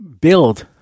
build